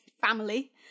family